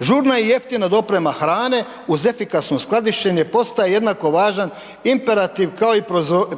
Žurna i jeftina doprema hrane uz efikasno skladištenje postaje jednako važan imperativ kao i